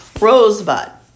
Rosebud